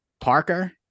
Parker